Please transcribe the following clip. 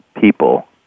people